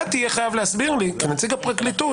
אתה תהיה חייב להסביר לי כנציג הפרקליטות,